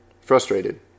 Frustrated